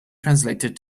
translated